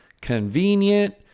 convenient